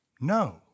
No